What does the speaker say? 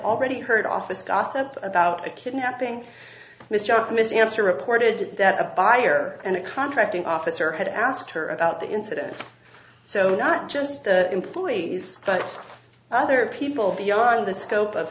already heard office gossip about a kidnapping misjudgments answer reported that a buyer and a contracting officer had asked her about the incident so not just employees but other people beyond the scope of